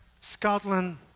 Scotland